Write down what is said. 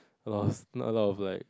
lost not a lot of like